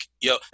yo